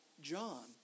John